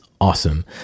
awesome